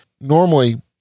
Normally